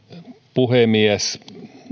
puhemies